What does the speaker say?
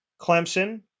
Clemson